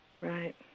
Right